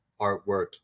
artwork